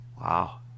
Wow